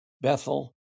Bethel